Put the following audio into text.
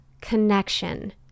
connection